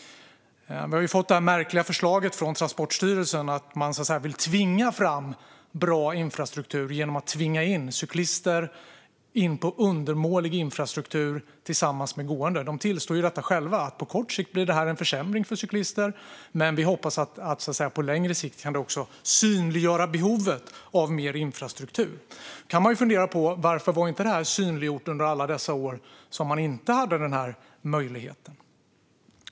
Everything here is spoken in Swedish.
Vi har fått ett märkligt förslag från Transportstyrelsen om att de vill tvinga fram bra infrastruktur genom att tvinga in cyklister på undermålig infrastruktur tillsammans med gående. De tillstår själva att detta på kort sikt blir en försämring för cyklister men att de hoppas att det på längre sikt kan synliggöra behovet av mer infrastruktur. Då kan man fundera på varför detta inte var synliggjort under alla de år som denna möjlighet inte fanns.